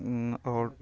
उँ ओ